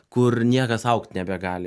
kur niekas augt nebegali